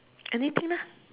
anything lah